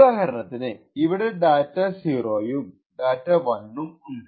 ഉദാഹരണത്തിന് ഇവിടെ ഡാറ്റാ 0 ഉം ഡാറ്റ 1 ഉം ഉണ്ട്